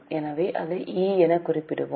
எனவே அதை E எனக் குறிப்போம்